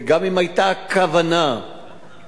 וגם אם היתה כוונה טהורה,